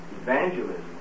evangelism